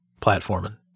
platforming